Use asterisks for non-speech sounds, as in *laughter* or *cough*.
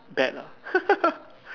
bad lah *laughs*